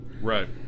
Right